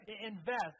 invest